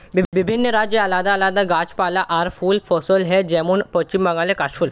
বিভিন্ন রাজ্যে আলাদা আলাদা গাছপালা আর ফুল ফসল হয়, যেমন পশ্চিম বাংলায় কাশ ফুল